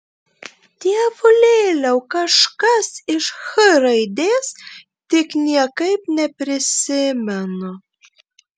dievulėliau kažkas iš h raidės tik niekaip neprisimenu